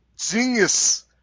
genius